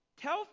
tell